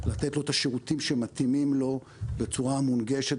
לתת לו את השירותים שמתאימים לו בצורה מונגשת,